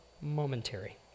momentary